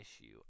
issue